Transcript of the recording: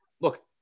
look